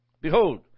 Behold